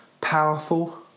powerful